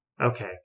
Okay